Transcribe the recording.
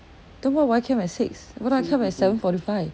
then why would I camp at six why don't I camp at seven forty five